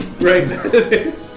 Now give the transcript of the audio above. right